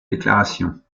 déclarations